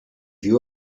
you